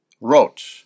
wrote